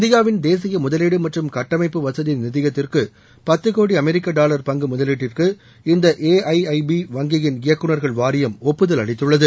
இந்தியாவின் தேசிய முதலீடு மற்றும் கட்டுமான வசதி நிதியத்திற்கு பத்து கோடி அமெரிக்க டாலர் பங்கு முதலீட்டுக்கு இந்த ஏஐஐபி வங்கியின் இயக்குநர்கள் வாரியம் ஒப்புதல் அளித்துள்ளது